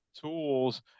tools